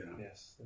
yes